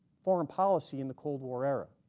foreign policy in the cold war era.